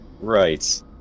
right